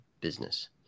business